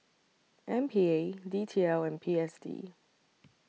M P A D T L and P S D